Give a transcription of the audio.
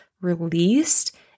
released